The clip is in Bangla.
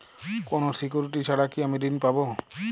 কোনো সিকুরিটি ছাড়া কি আমি ঋণ পাবো?